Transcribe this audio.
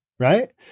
right